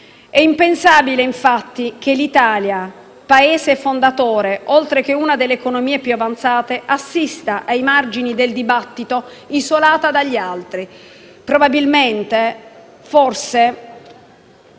È impensabile, infatti, che l'Italia, Paese fondatore, oltre che una delle economie più avanzate, assista ai margini del dibattito, isolata dagli altri, probabilmente - forse